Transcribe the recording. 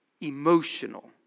emotional